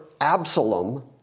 Absalom